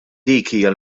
hija